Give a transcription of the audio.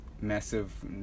massive